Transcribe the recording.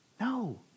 No